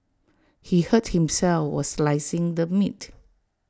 he hurt himself while slicing the meat